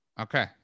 Okay